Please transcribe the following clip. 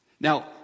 Now